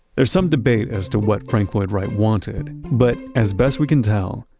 there's some debate as to what frank lloyd wright wanted, but as best we can tell,